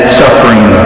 suffering